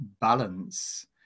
balance